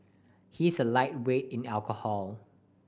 he is a lightweight in alcohol